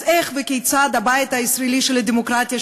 אז איך וכיצד הבית הישראלי של הדמוקרטיה,